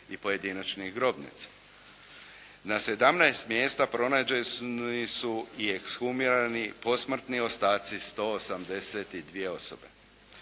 i pojedinačnih grobnica. Na 17 mjesta pronađeni su i ekshumirani posmrtni ostaci 182 osobe.